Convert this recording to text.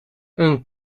een